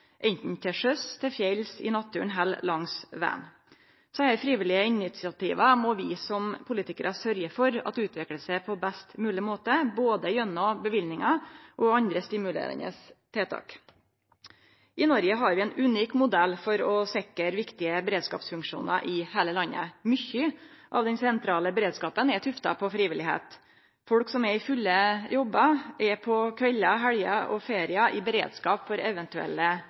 til sjøs, til fjells, i naturen elles eller langs vegen. Desse frivillige initiativa må vi som politikarar sørgje for at utviklar seg på best mogleg måte, både gjennom løyvingar og gjennom andre stimulerande tiltak. I Noreg har vi ein unik modell for å sikre viktige beredskapsfunksjonar i heile landet. Mykje av den sentrale beredskapen er tufta på frivilligheit. Folk som er i full jobb, er på kveldar, i helger og i feriar i beredskap for eventuelle